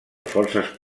forces